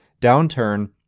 downturn